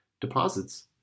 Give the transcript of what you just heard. deposits